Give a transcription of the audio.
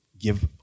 give